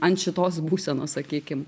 ant šitos būsenos sakykim